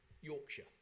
Yorkshire